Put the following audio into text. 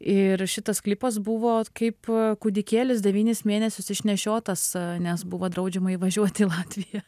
ir šitas klipas buvo kaip kūdikėlis devynis mėnesius išnešiotas nes buvo draudžiama įvažiuoti į latviją